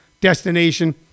destination